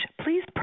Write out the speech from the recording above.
please